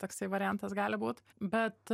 toksai variantas gali būt bet